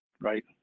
right